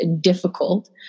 difficult